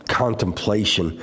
contemplation